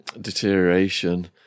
deterioration